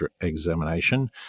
examination